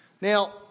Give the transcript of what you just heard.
Now